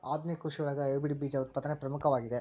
ಆಧುನಿಕ ಕೃಷಿಯೊಳಗ ಹೈಬ್ರಿಡ್ ಬೇಜ ಉತ್ಪಾದನೆ ಪ್ರಮುಖವಾಗಿದೆ